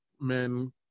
men